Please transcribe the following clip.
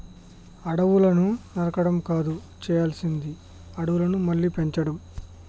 అడవులను నరకడం కాదు చేయాల్సింది అడవులను మళ్ళీ పెంచడం